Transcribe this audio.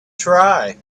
try